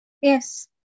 yes